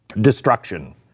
destruction